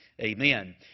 Amen